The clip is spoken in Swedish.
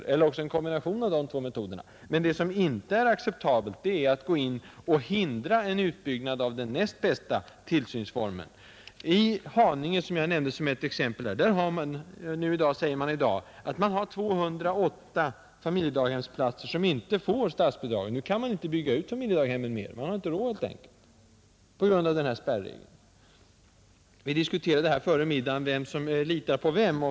Man kan också kombinera dessa två metoder. Men vad som inte är acceptabelt är att hindra en utbyggnad av den näst bästa tillsynsformen. I Haninge, som jag nämnde som ett exempel, har man i dag 208 familjedaghemsplatser som inte får statsbidrag, Nu kan man inte bygga ut familjedaghemmen mer; man har på grund av spärregeln helt enkelt inte råd med det. Vi diskuterade före middagen vem som litar på vem.